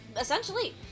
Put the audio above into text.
essentially